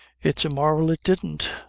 it's a marvel it didn't.